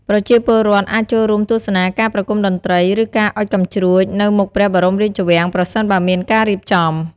ប្រជាពលរដ្ឋអាចចូលរួមទស្សនាការប្រគំតន្ត្រី ឬការអុជកាំជ្រួចនៅមុខព្រះបរមរាជវាំង ប្រសិនបើមានការរៀបចំ។